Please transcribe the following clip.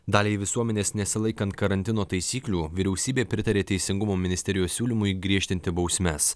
daliai visuomenės nesilaikant karantino taisyklių vyriausybė pritarė teisingumo ministerijos siūlymui griežtinti bausmes